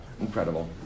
Incredible